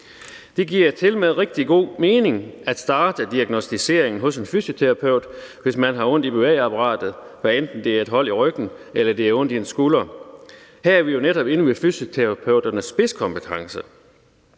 Det giver tilmed rigtig god mening at starte diagnosticeringen hos en fysioterapeut, hvis man har ondt i bevægeapparatet, hvad enten man har hold i ryggen eller har ondt i en skulder. Her er vi jo netop inde ved fysioterapeuternes spidskompetence.